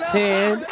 ten